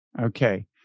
Okay